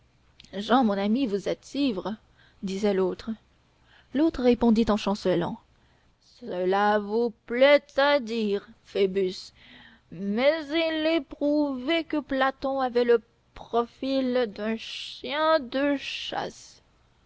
jehan mon ami vous êtes ivre disait l'autre l'autre répondit en chancelant cela vous plaît à dire phoebus mais il est prouvé que platon avait le profil d'un chien de chasse